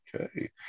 okay